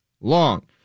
long